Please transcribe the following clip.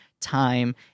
time